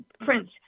Prince